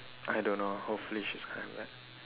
I don't know hopefully she is coming back